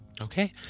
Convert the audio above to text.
Okay